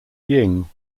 ying